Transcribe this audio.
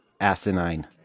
asinine